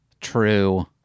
True